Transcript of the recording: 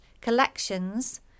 collections